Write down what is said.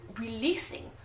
releasing